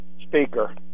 Speaker